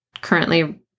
currently